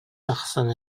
тахсан